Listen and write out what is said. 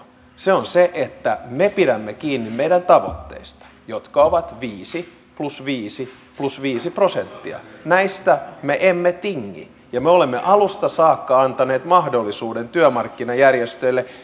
se on se että me pidämme kiinni meidän tavoitteistamme jotka ovat viisi plus viisi plus viisi prosenttia näistä me emme tingi ja me olemme alusta saakka antaneet mahdollisuuden työmarkkinajärjestöille